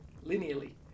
linearly